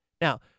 Now